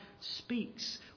speaks